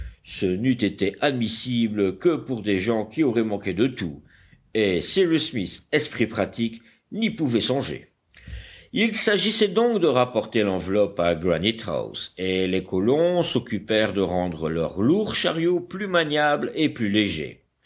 ce n'eût été admissible que pour des gens qui auraient manqué de tout et cyrus smith esprit pratique n'y pouvait songer il s'agissait donc de rapporter l'enveloppe à granite house et les colons s'occupèrent de rendre leur lourd chariot plus maniable et plus léger